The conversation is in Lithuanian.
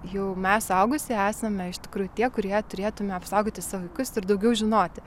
jau mes suaugusieji esame iš tikrųjų tie kurie turėtume apsaugoti savo vaikus ir daugiau žinoti